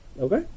Okay